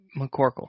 McCorkle